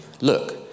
look